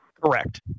Correct